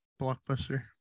Blockbuster